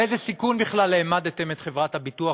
באיזה סיכון בכלל העמדתם את חברת הביטוח?